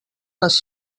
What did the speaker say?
les